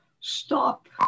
stop